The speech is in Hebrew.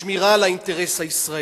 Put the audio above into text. שמירה על האינטרס הישראלי,